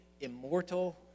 immortal